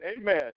Amen